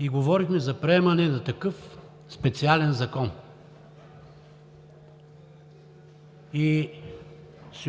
и говорихме за приемане на такъв специален закон.